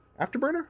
afterburner